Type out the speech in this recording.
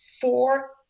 four